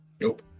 Nope